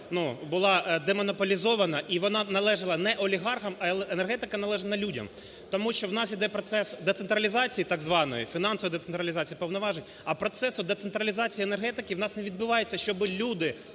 була демонополізована і вона належала не олігархам, а енергетика належала людям, тому що у нас іде процес децентралізації так званої, фінансової децентралізації, повноважень, а процесу децентралізації енергетики у нас не відбувається, щоб люди